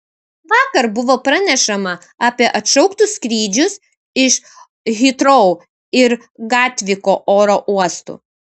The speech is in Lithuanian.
vakar buvo pranešama apie atšauktus skrydžius iš hitrou ir gatviko oro uostų